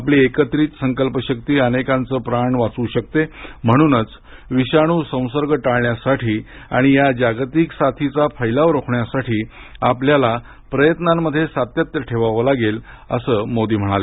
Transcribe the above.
आपली एकत्रित संकल्प शक्ती अनेकांचे प्राण वाचवू शकते म्हणूनच विषाणू संसर्ग टाळण्यासाठी आणि या जागतिक साथीचा फैलाव रोखण्यासाठी आपल्याला प्रयत्नांमध्ये सातत्य ठेवावं लागेल असं मोदी म्हणाले